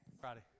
Friday